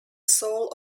sole